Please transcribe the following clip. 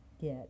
get